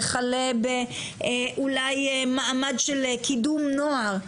וכלה באולי ממעד של קידום נוער,